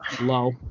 low